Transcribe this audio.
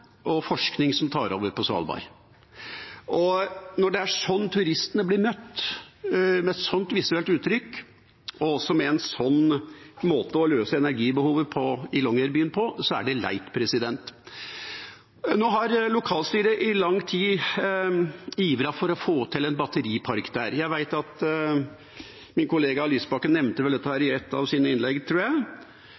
og forskning som tar over på Svalbard. Og når det er slik turistene blir møtt, med et slikt visuelt uttrykk, og også med en slik måte å løse energibehovet i Longyearbyen på, så er det leit. Nå har lokalstyret i lang tid ivret for å få til en batteripark der. Min kollega Lysbakken nevnte